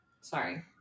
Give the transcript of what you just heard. Sorry